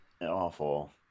Awful